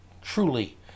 truly